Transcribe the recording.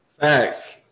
Thanks